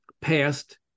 passed